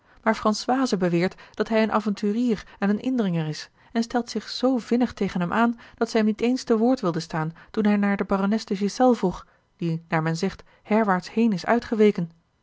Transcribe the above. maar françoise beweert dat hij een avonturier en een indringer is en stelt zich zoo vinnig tegen hem aan dat zij hem niet eens te woord wilde staan toen hij haar naar de barones de ghiselles vroeg die naar men zegt herwaarts heen is uitgeweken